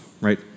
right